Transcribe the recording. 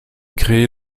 créée